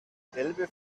elbe